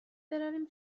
برویم